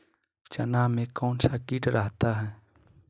चना में कौन सा किट रहता है?